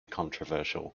controversial